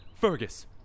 Fergus